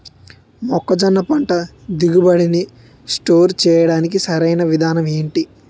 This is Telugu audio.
మొక్కజొన్న పంట దిగుబడి నీ స్టోర్ చేయడానికి సరియైన విధానం ఎంటి?